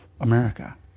America